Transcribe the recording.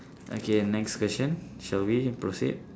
okay next question shall we proceed